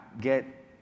get